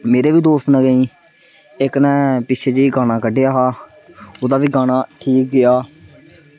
मेरे बी दोस्त मते न इक्क नै पिच्छें नेहीं गाना कड्ढेआ हा ओह्दा बी गाना ठीक गेआ